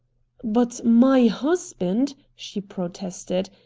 but my husband, she protested,